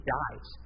dies